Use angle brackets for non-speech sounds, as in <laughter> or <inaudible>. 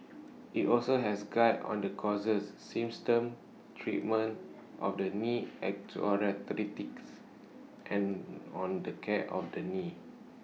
IT also has Guides on the causes symptoms treatment of knee osteoarthritis and <noise> on the care of the knee